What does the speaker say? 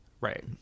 Right